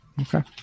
Okay